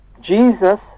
Jesus